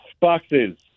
boxes